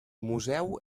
museu